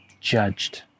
judged